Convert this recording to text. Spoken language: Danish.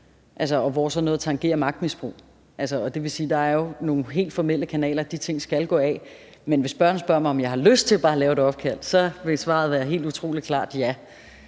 hvor sådan noget tangerede magtmisbrug. Der er jo nogle helt formelle kanaler, de ting skal gå ad, men hvis spørgeren spørger mig, om jeg har lyst til bare at lave et opkald, så ville svaret være helt utrolig klart: Ja.